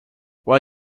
why